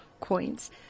coins